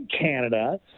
Canada